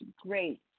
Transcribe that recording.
great